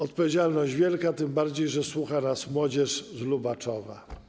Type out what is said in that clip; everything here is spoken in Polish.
Odpowiedzialność wielka, tym bardziej że słucha nas młodzież z Lubaczowa.